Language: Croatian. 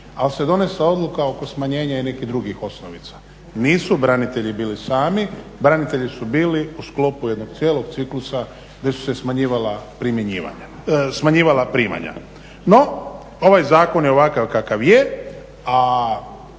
ali se donesla odluka oko smanjenja i nekih drugih osnovica. Nisu branitelji bili sami, branitelji su bili u sklopu jednog cijelog ciklusa gdje su se smanjivala primanja. No, ovaj zakon je ovakav kakav je